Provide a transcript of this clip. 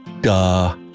Duh